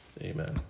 Amen